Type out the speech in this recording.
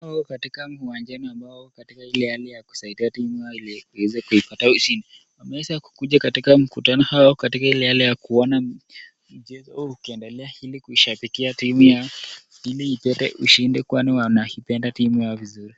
Huu wako katika uwanjani ambao wako katika Hali ya kusaidia timu yako upate ushindi . Wameweza kukuja katika mtukano hili kushambikia ushindi kwani wanaipenda timu Yao.